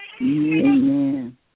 Amen